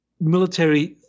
military